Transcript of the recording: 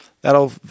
that'll